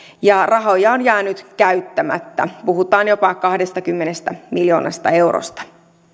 ja rahoja on jäänyt käyttämättä puhutaan jopa kahdestakymmenestä miljoonasta eurosta